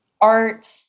art